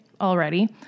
already